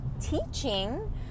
teaching